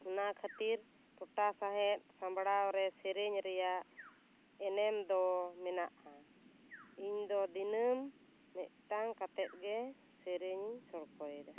ᱚᱱᱟ ᱠᱷᱟᱹᱛᱤᱨ ᱴᱚᱴᱷᱟ ᱥᱟᱶᱦᱮᱫ ᱥᱟᱢᱵᱷᱲᱟᱣ ᱨᱮ ᱥᱮᱹᱨᱮᱹᱧ ᱨᱮᱭᱟᱜ ᱮᱱᱮᱢ ᱫᱚ ᱢᱮᱱᱟᱜ ᱟ ᱤᱧ ᱫᱚ ᱫᱤᱱᱟᱹᱢ ᱢᱤᱫᱴᱟᱝ ᱠᱟᱛᱮᱫ ᱜᱮ ᱥᱮᱹᱨᱮᱹᱧ ᱮ ᱥᱚᱲᱠᱚᱭᱮᱫᱟ